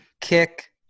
Kick